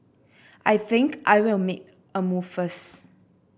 I think I'll make a move first